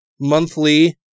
monthly